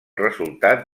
resultat